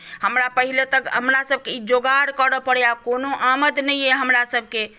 हमरा पहिने तऽ हमरासभकेँ ई जोगाड़ करय पड़ैए कोनो आमद नहि अइ हमरासभके